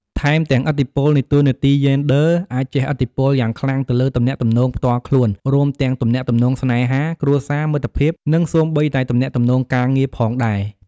ថែមទាំងឥទ្ធិពលនៃតួនាទីយេនឌ័រអាចជះឥទ្ធិពលយ៉ាងខ្លាំងទៅលើទំនាក់ទំនងផ្ទាល់ខ្លួន រួមទាំងទំនាក់ទំនងស្នេហា គ្រួសារ មិត្តភាព និងសូម្បីតែទំនាក់ទំនងការងារផងដែរ។